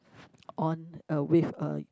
on a with a